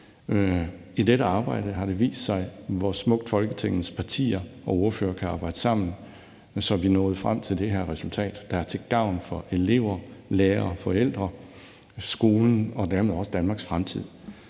i dette arbejde har det vist sig, hvor smukt Folketingets partier og ordførere kan arbejde sammen, så vi er nået frem til det her resultat, der er til gavn for elever, lærere og forældre, skolen og dermed også Danmarks fremtid.